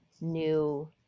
new